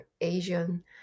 Asian